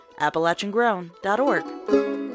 AppalachianGrown.org